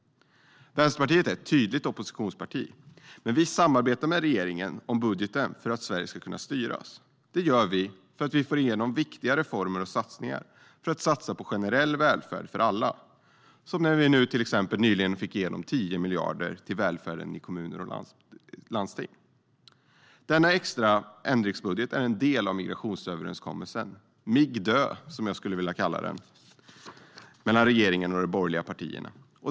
Vänsterpartiet är ett tydligt oppositionsparti, men vi samarbetar med regeringen om budgeten för att Sverige ska kunna styras. Det gör vi för att få igenom viktiga reformer och satsningar på generell välfärd för alla. Till exempel fick vi nyligen igenom 10 miljarder till välfärden i kommuner och landsting. Denna extra ändringsbudget är en del av migrationsöverenskommelsen - Mig-DÖ, som jag skulle vilja kalla den - mellan regeringen och de borgerliga partierna.